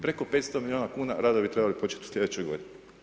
Preko 500 milijuna kuna, radovi bi trebali početi u sljedećoj godini.